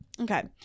Okay